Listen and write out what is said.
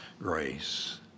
grace